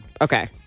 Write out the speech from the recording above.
okay